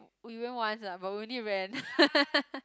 we went once ah but we only ran